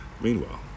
meanwhile